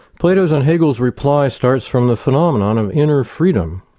plato's and hegel's reply starts from the phenomenon of inner freedom.